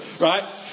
right